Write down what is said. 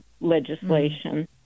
legislation